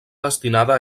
destinada